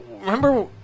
Remember